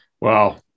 Wow